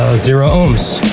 zero ohms,